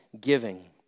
giving